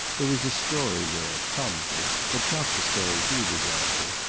there was a story there, probably, but not the story he was after.